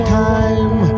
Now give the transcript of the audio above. time